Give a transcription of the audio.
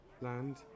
land